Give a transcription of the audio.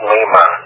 Lima